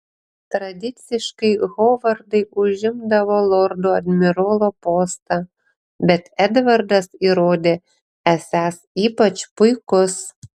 tradiciškai hovardai užimdavo lordo admirolo postą bet edvardas įrodė esąs ypač puikus